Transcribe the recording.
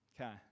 Okay